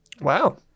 Wow